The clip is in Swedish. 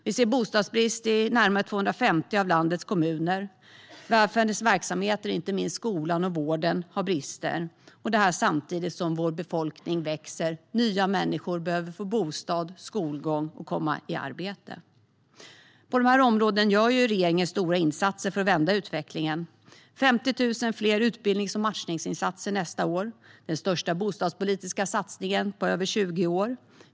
Vi ser en bostadsbrist i närmare 250 av landets kommuner. Välfärdens verksamheter, inte minst skolan och vården, har brister. Samtidigt växer vår befolkning. Nya människor behöver få bostad, skolgång och arbete. På dessa områden gör regeringen stora insatser för att vända utvecklingen. Det är 50 000 fler utbildnings och matchningsinsatser nästa år. Det är den största bostadspolitiska satsningen på över 20 år.